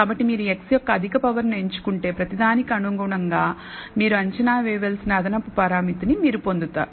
కాబట్టి మీరు x యొక్క అధిక పవర్ ను ఎంచుకుంటే ప్రతిదానికి అనుగుణంగా మీరు అంచనా వేయవలసిన అదనపు పరామితిని మీరు పొందారు